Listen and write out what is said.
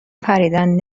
پریدن